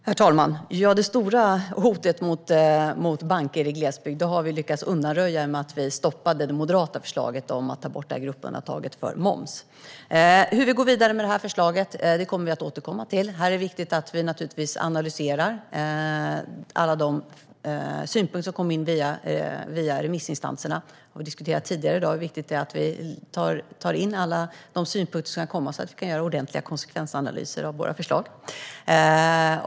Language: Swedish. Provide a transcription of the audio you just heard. Herr talman! Det stora hotet mot banker i glesbygd har vi lyckats undanröja genom att stoppa Moderaternas förslag om att ta bort gruppundantaget för moms. Vi kommer att återkomma med hur ska gå vidare med förslaget. Det är viktigt att vi analyserar alla de synpunkter som kommer in via remissinstanserna. Jag och Jörgen Warborn har tidigare i dag diskuterat att det är viktigt att vi tar in alla synpunkter som kommer in, så att vi kan göra ordentliga konsekvensanalyser av våra förslag.